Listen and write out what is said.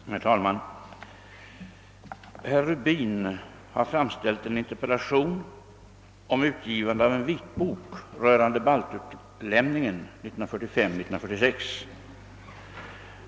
Herr talman! Herr Rubin har framställt en interpellation om utgivandet av en vitbok rörande baltutlämningen 1945 —L1946.